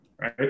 right